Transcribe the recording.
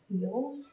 feel